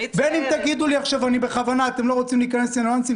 אם תגידו לי שאתם לא רוצים להיכנס לניואנסים